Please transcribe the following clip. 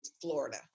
Florida